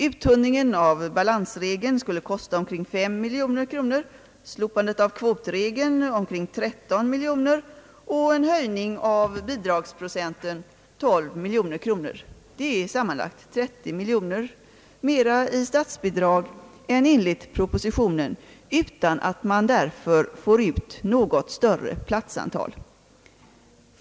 Uttunningen av balansregeln skulle kosta omkring 5 miljoner kronor, slopandet av kvotregeln omkring 13 miljoner och en höjning av bidragsprocenten 12 miljoner kronor. Det är sammanlagt 30 miljoner kronor mera i statsbidrag än enligt propositionen, utan att man därför åstadkommer något större platsantal.